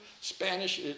Spanish